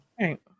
Right